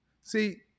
See